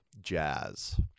jazz